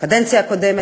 בקדנציה הקודמת,